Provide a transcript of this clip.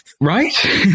Right